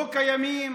לא קיימים?